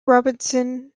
robertson